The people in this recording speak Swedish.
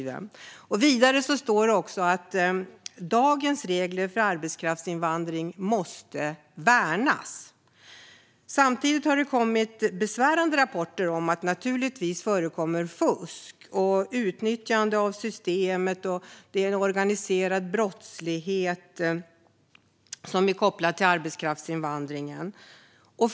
Vidare står det att dagens regler för arbetskraftsinvandring måste värnas. Samtidigt har det kommit besvärande rapporter om att det naturligtvis förekommer fusk och utnyttjande av systemet och att organiserad brottslighet är kopplad till arbetskraftsinvandringen.